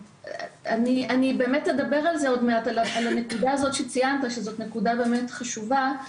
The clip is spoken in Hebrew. אני באמת אדבר על הנקודה הזאת שציינת שזאת נקודה באמת חשובה.